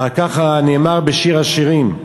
וככה נאמר בשיר השירים: